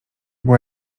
było